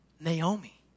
Naomi